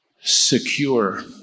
secure